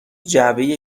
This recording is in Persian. جعبه